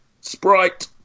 Sprite